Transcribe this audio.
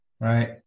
Right